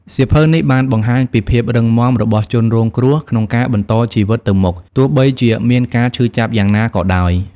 សៀវភៅនេះបានបង្ហាញពីភាពរឹងមាំរបស់ជនរងគ្រោះក្នុងការបន្តជីវិតទៅមុខ ទោះបីជាមានការឈឺចាប់យ៉ាងណាក៏ដោយ។